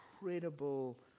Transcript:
incredible